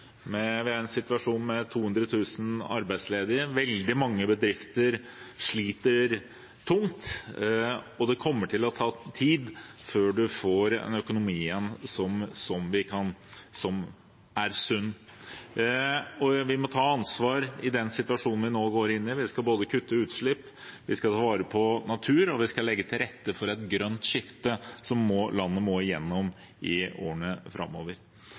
kommer til å ta tid før man igjen får en økonomi som er sunn. Vi må ta ansvar i den situasjonen vi nå går inn i. Vi skal kutte utslipp, vi skal ta vare på natur, og vi skal legge til rette for et grønt skifte som landet må igjennom i årene framover.